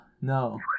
no